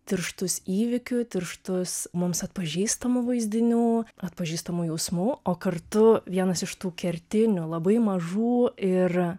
tirštus įvykių tirštus mums atpažįstamų vaizdinių atpažįstamų jausmų o kartu vienas iš tų kertinių labai mažų ir